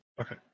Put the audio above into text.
Okay